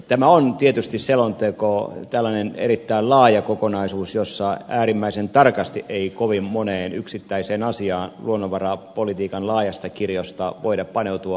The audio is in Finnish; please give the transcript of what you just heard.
tämä on tietysti selonteko tällainen erittäin laaja kokonaisuus jossa äärimmäisen tarkasti ei kovin moneen yksittäiseen asiaan luonnonvarapolitiikan laajasta kirjosta voida paneutua